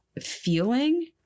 feeling